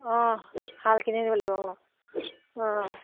অঁ হালখিনি দিব লাগিব অঁ অঁ